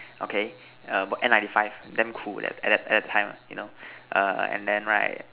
okay err N ninety five damn cool at that at that time lah err you know and then right